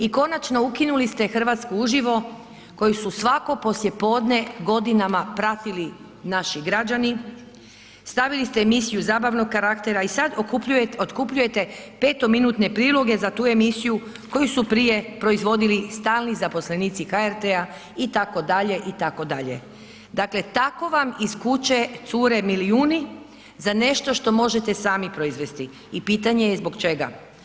I konačno ukinuli ste Hrvatsku uživo koju su svako poslijepodne godinama pratili naši građani, stavili ste emisiju zabavnog karaktera i sad otkupljujete petominutne priloge za tu emisiju koju su prije proizvodili stalni zaposlenici HRT-a itd. itd., dakle tako vam iz kuće cure milijuni za nešto što možete sami proizvesti i pitanje je zbog čega.